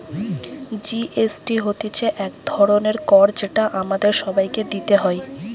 GST হতিছে এক ধরণের কর যেটা আমাদের সবাইকে দিতে হয়